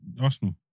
Arsenal